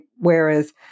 whereas